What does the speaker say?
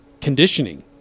conditioning